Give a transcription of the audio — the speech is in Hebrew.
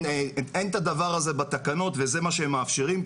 אין את הדבר הזה בתקנות וזה מה שהם מאפשרים,